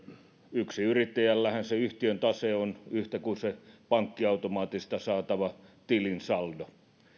yksinyrittäjällähän se yhtiön tase on yhtä kuin se pankkiautomaatista saatava tilin saldo